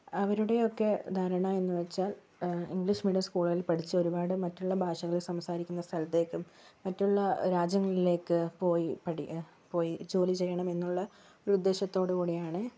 അവരുടെയൊക്കെ ധാരണ എന്ന് വെച്ചാൽ ഇംഗ്ലീഷ് മീഡിയം സ്കൂളിൽ പഠിച്ചു ഒരുപാട് മറ്റുള്ള ഭാഷകൾ സംസാരിക്കുന്ന സ്ഥലത്തേക്കും മറ്റുള്ള രാജ്യങ്ങളിലേക്ക് പോയി പഠി പോയി ജോലി ചെയ്യണം എന്നുള്ള ഒരു ഉദ്ദേശത്തോട് കൂടിയാണ്